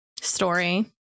story